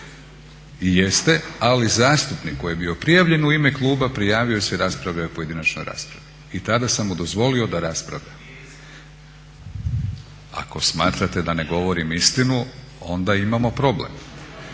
I jeste, ali zastupnik koji je bio prijavljen u ime kluba prijavio se i raspravljao je u pojedinačnoj raspravi. I tada sam mu dozvolio da raspravlja. … /Upadica se ne razumije./… Ako smatrate da ne govorim istinu onda imamo problem,